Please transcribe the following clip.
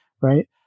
right